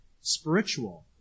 spiritual